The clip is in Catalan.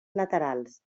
laterals